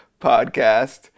podcast